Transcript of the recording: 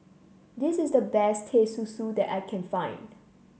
this is the best Teh Susu that I can find